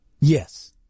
Yes